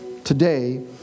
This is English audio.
Today